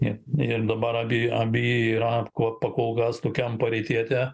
į ir dabar abi abi yra apko pa kol kas tokiam paveitiete